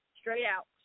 straight-out